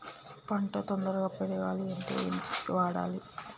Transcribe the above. పంట తొందరగా పెరగాలంటే ఏమి వాడాలి?